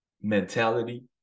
mentality